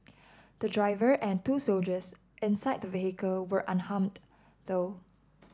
the driver and two soldiers inside the vehicle were unharmed though